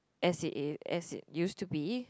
as it is as it used to be